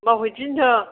मावहैनोसै जों